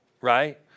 Right